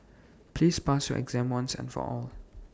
please pass your exam once and for all